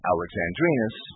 Alexandrinus